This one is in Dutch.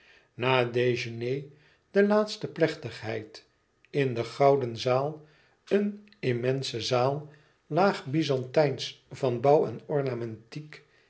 het déjeuner de laatste plechtigheid in de gouden zaal een immense zaal laag byzantijnsch van bouw en ornamentiek